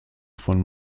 von